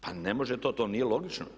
Pa ne može to, to nije logično.